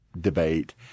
debate